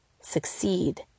succeed